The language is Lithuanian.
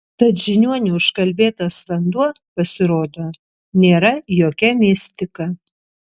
tad žiniuonių užkalbėtas vanduo pasirodo nėra jokia mistika